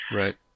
right